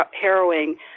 harrowing